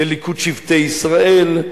לליכוד שבטי ישראל,